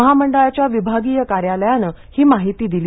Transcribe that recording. महामंडळाच्या विभागीय कार्यालयान ही माहिती दिली